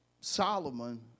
Solomon